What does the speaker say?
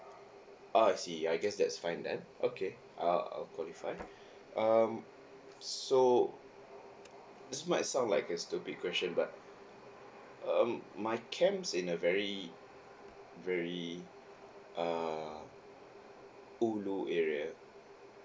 ah I see guess that's fine then okay I'll I'll qualify um so this might sound like a stupid question but um my camp is in a very very err ulu area